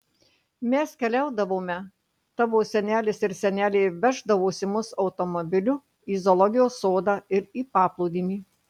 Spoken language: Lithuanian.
mes keliaudavome tavo senelis ir senelė veždavosi mus automobiliu į zoologijos sodą ir į paplūdimį